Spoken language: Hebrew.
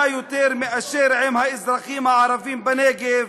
יותר מאשר עם האזרחים הערבים בנגב,